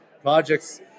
projects